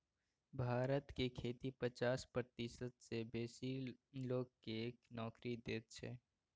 भारत के खेती पचास प्रतिशत सँ बेसी लोक केँ नोकरी दैत छै